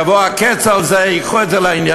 יבוא הקץ על זה וייקחו את העניינים.